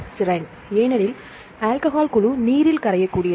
serine ஏனெனில் alcohol குழு நீரில் கரையக்கூடியது